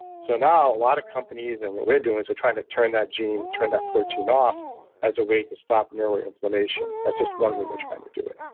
so now a lot of companies and what we're doing, is we're trying to turn that gene, turn that protein off as a way to stop neuroinflammation. that's just one way we're trying to do it